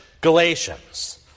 Galatians